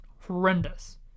horrendous